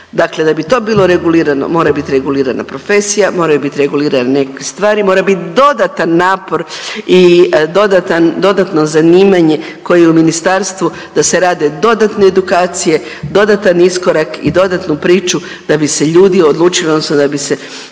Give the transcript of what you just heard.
Dakle, da bi to bilo regulirano mora biti regulirana profesija, moraju biti regulirane neke stvari, mora biti dodatan napor i dodatno zanimanje koji je u ministarstvu. Da se rade dodatne edukacije, dodatan iskorak i dodatnu priču da bi se ljudi odlučili, odnosno da bi se